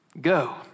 Go